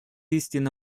истинно